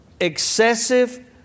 excessive